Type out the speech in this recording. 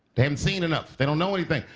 haven't seen enough, they don't know anything.